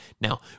Now